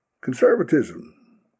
Conservatism